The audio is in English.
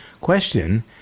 question